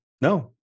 No